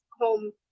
home